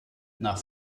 nach